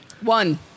One